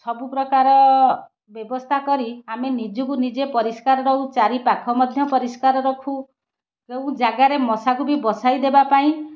ସବୁ ପ୍ରକାର ବ୍ୟବସ୍ଥା କରି ଆମେ ନିଜକୁ ନିଜେ ପରିଷ୍କାର ରହୁ ଚାରିପାଖ ମଧ୍ୟ ପରିଷ୍କାର ରଖୁ କେଉଁ ଜାଗାରେ ମଶାକୁ ବି ବସାଇଦେବା ପାଇଁ